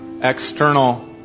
external